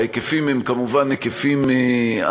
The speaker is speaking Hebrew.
ההיקפים הם כמובן אדירים,